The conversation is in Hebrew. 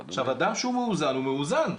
עכשיו, אדם שהוא מאוזן הוא מאוזן.